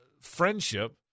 friendship